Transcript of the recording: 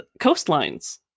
coastlines